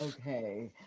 Okay